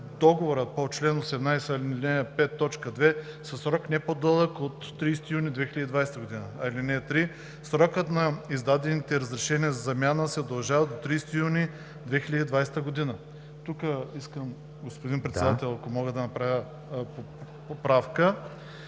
договора по чл. 18, ал. 5, т. 2 със срок не по-дълъг от 30 юни 2020 г. (3) Срокът на издадените разрешения за замяна се удължава до 30 юни 2020 г.“ Тук искам, господин Председател, да направя поправка: